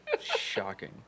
shocking